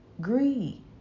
Greed